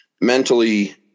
mentally